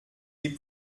est